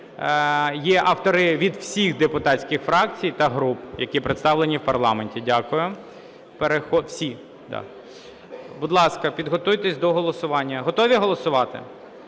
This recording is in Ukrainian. є автори від всіх депутатських фракцій та груп, які представлені в парламенті. Дякую. Всі, да. Будь ласка, підготуйтесь до голосування. Готові голосувати?